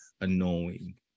annoying